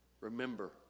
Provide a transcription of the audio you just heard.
Remember